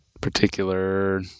particular